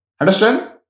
Understand